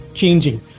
changing